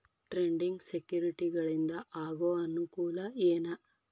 trading ಸೆಕ್ಯುರಿಟಿಗಳಿಂದ ಆಗೋ ಅನುಕೂಲ ಏನ